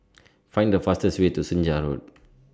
Find The fastest Way to Senja Road